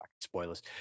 Spoilers